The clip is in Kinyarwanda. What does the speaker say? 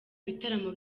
bitaramo